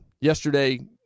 Yesterday